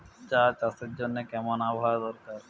চা চাষের জন্য কেমন আবহাওয়া দরকার?